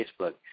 Facebook